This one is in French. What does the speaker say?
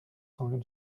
cents